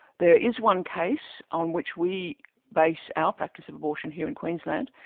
there is one case on which we base our practice of abortion here in queensland,